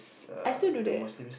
I still do that